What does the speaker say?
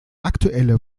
aktuelle